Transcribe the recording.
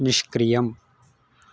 निष्क्रियम्